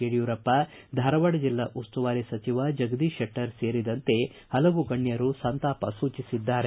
ಯಡಿಯೂರಪ್ಪ ಧಾರವಾಡ ಜಿಲ್ಲಾ ಉಸ್ತುವಾರಿ ಸಚಿವ ಜಗದೀಶ್ ಶೆಟ್ಟರ್ ಸೇರಿದಂತೆ ಹಲವು ಗಣ್ಯರು ಸಂತಾಪ ಸೂಜಿಸಿದ್ದಾರೆ